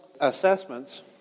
assessments